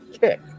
kick